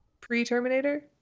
pre-terminator